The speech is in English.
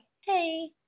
hey